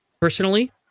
personally